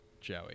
Joey